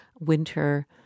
winter